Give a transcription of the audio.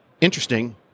interesting